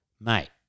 mate